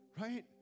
Right